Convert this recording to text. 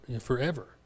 forever